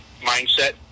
mindset